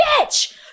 bitch